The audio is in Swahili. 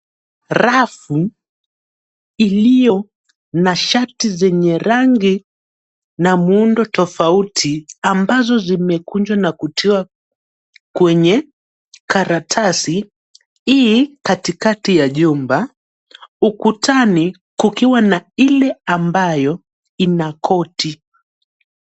Rafu iliyo na shati zenye rangi na muundo tofauti ambazo zimekunjwa na kutiwa kwenye karatasi i katikati ya jumba, ukutani kukiwa na ile ambayo ina koti.